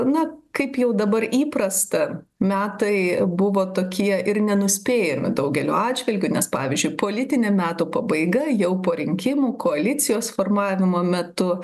na kaip jau dabar įprasta metai buvo tokie ir nenuspėjami daugeliu atžvilgių nes pavyzdžiui politinių metų pabaiga jau po rinkimų koalicijos formavimo metu